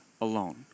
alone